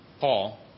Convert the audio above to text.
Paul